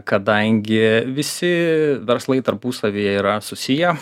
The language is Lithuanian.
kadangi visi verslai tarpusavyje yra susiję